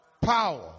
Power